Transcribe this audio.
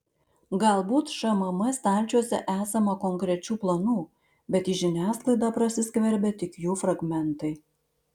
galbūt šmm stalčiuose esama konkrečių planų bet į žiniasklaidą prasiskverbia tik jų fragmentai